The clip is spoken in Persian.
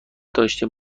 داشتیم